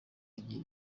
igihe